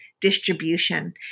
distribution